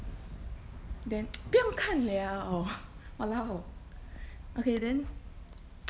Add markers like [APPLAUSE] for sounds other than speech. then [NOISE] 不用要看了:bu yong kan liao !walao! okay then